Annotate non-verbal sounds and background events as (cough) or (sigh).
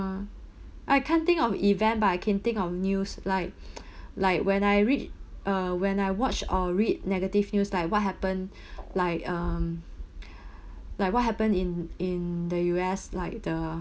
I can't think of event but I can think of news like (breath) (noise) like when I read uh when I watch or read negative news like what happened (breath) like um (breath) like what happened in in the U_S like the